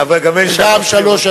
אבל גם אין שלוש לירות.